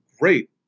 great